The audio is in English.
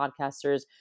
podcasters